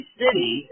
city